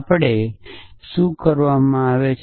આપણે તેથી આપણે શું કરવામાં આવે છે